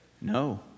No